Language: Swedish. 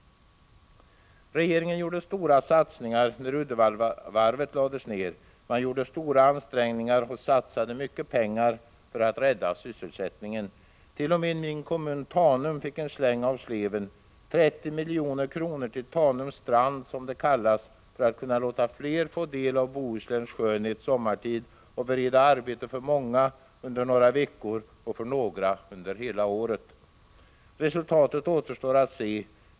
Regeringen gjorde stora satsningar när Uddevallavarvet lades ner. Man gjorde stora ansträngningar och satsade mycket pengar för att rädda sysselsättningen. T.o.m. min kommun Tanum fick en släng av sleven — 30 milj.kr. till Tanums strand, som det kallas, för att kunna låta fler få del av Bohusläns skönhet sommartid och bereda arbete för många under några veckor och för några under hela året. Resultatet återstår att se.